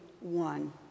one